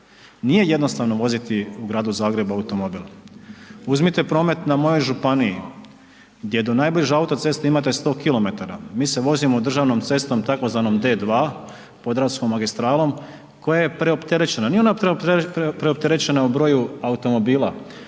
nije jednostavno voziti u Gradu Zagrebu automobil, uzmite promet na mojoj županiji gdje do najbliže autoceste imate 100 km, mi se vozimo državnom cestom tzv. D2 podravskom magistralom koja je preopterećena, nije ona preopterećena u broju automobila,